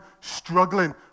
struggling